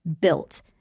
built